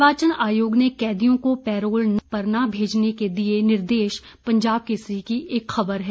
निर्वाचन आयोग ने कैदियों को पैराल पर न भेजने के दिये निर्देश पंजाब केसरी की एक खबर है